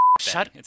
Shut